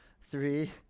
Three